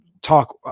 talk